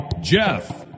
Jeff